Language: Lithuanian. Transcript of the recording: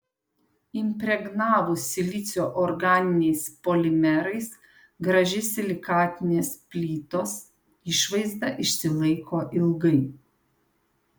impregnavus silicio organiniais polimerais graži silikatinės plytos išvaizda išsilaiko ilgai